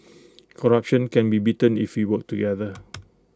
corruption can be beaten if we work together